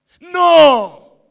No